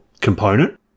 component